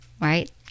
right